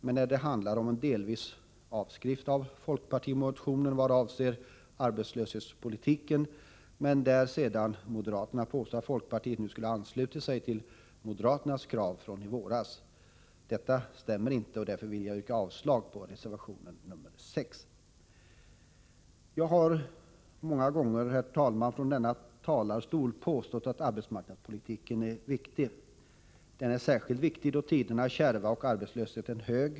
Till stor del är det en avskrift av folkpartimotionen vad avser arbetslöshetsersättningen. Moderaterna påstår där att folkpartiet nu skulle ha anslutit sig till moderaternas krav från i våras. Detta stämmer inte, och därför vill jag yrka avslag på reservation 6. Jag har många gånger från denna talarstol påstått att arbetsmarknadspolitiken är särskilt viktig då tiderna är kärva och arbetslösheten hög.